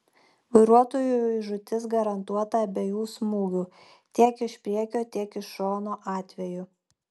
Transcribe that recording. vairuotojui žūtis garantuota abiejų smūgių tiek iš priekio tiek iš šono atveju